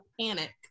panic